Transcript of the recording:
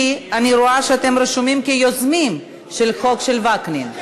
כי אני רואה שאתם רשומים כיוזמים של החוק של וקנין.